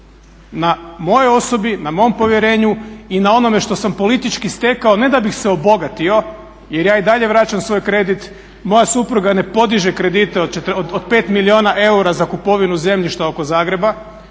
na mojoj osobi, na mom povjerenju i na onome što sam politički stekao ne da bih se obogatio jer ja i dalje vraćam svoj kredit. Moja supruga ne podiže kredite od 5 milijuna eura za kupovinu zemljišta oko Zagreba